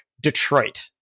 Detroit